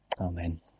Amen